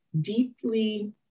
deeply